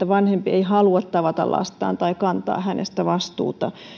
vanhempi ei halua tavata lastaan tai kantaa hänestä vastuuta